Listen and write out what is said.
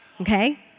okay